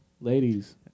Ladies